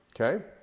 Okay